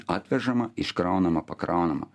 atvežama iškraunama pakraunama